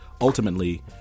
ultimately